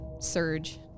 surge